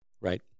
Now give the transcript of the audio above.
Right